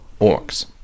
orcs